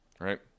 right